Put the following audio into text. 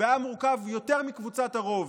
והעם מורכב מיותר מקבוצת הרוב.